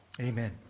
Amen